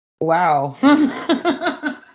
wow